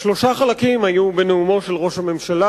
שלושה חלקים היו בנאומו של ראש הממשלה.